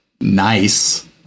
nice